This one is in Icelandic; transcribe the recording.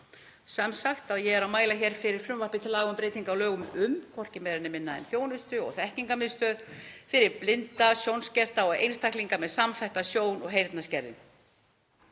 Sem sagt, ég er að mæla hér fyrir frumvarpi til laga um breytingu á lögum um hvorki meira né minna en þjónustu- og þekkingarmiðstöð fyrir blinda, sjónskerta og einstaklinga með samþætta sjón- og heyrnarskerðingu.